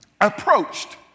approached